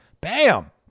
Bam